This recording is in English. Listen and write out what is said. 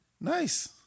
Nice